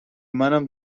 منم